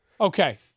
Okay